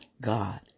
God